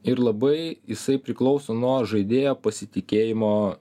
ir labai jisai priklauso nuo žaidėjo pasitikėjimo